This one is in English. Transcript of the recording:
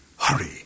Hurry